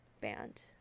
band